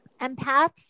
Empaths